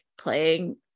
playing